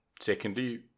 Secondly